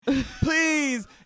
Please